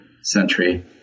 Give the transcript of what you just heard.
century